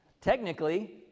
Technically